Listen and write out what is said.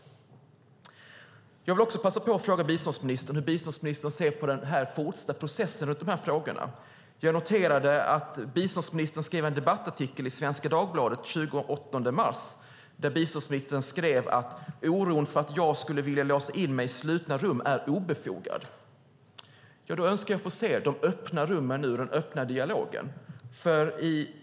Jag vill också passa på att fråga biståndsministern hur biståndsministern ser på den fortsatta processen runt de här frågorna. Jag noterade att biståndsministern skrev en debattartikel i Svenska Dagbladet den 28 mars, där biståndsministern skrev: "Oron för att jag skulle vilja låsa in mig i slutna rum . är obefogad". Då önskar jag få se de öppna rummen och den öppna dialogen.